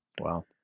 Wow